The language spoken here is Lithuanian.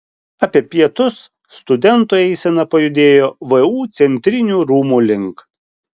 apie pietus studentų eisena pajudėjo vu centrinių rūmų link